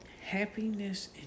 happiness